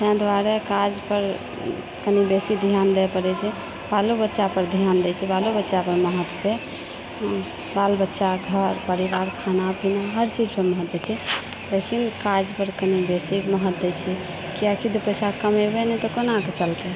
तेँ दुआरे काजपर कनी बेसी ध्यान दै पड़ै छै बालो बच्चापर ध्यान दै छियै बालो बच्चापर महत्त्व छै बाल बच्चा घर परिवार खाना पीना हर चीजपर महत्त्व दै छियै लेकिन काजपर कनी बेसी महत्त्व दै छियै किए कि दू पैसा कमेबै नै तऽ कोनाकऽ चलतै